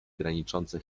graniczące